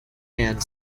and